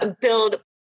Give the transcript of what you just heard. build